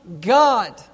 God